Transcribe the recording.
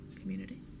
community